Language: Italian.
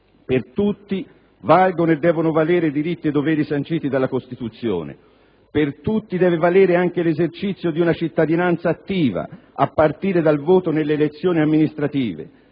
Per tutti valgono e devono valere i diritti e i doveri sanciti dalla Costituzione, per tutti deve valere anche l'esercizio di una cittadinanza attiva, a partire dal voto nelle elezioni amministrative.